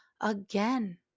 again